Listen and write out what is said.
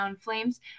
Flames